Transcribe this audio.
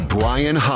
Brian